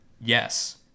Yes